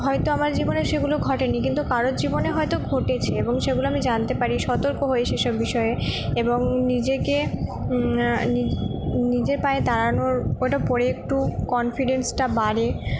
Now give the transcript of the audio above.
হয়তো আমার জীবনে সেগুলো ঘটে নি কিন্তু কারোর জীবনে হয়তো ঘটেছে এবং সেগুলো আমি জানতে পারি সতর্ক হই সেসব বিষয়ে এবং নিজেকে নিজের পায়ে দাঁড়ানোর ওটা পড়ে একটু কনফিডেন্সটা বাড়ে